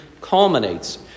culminates